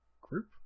group